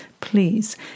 Please